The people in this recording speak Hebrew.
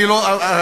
אני לא ארחיב,